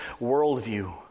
worldview